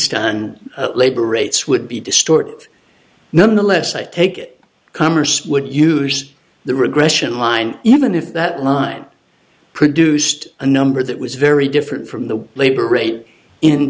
stand labor rates would be distorted nonetheless i take it commerce would use the regression line even if that line produced a number that was very different from the labor rate in